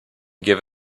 give